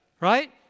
Right